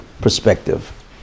perspective